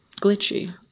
glitchy